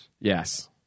yes